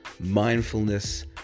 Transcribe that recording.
mindfulness